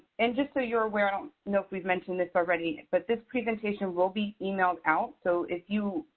and just so you're aware, i don't know if we've mentioned this already, but this presentation will be emailed out. so if you,